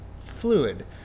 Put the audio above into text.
fluid